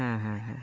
হ্যাঁ হ্যা হ্যাঁ